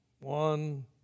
One